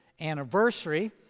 anniversary